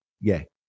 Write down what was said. yay